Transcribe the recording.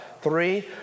Three